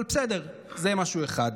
אבל בסדר, זה משהו אחד.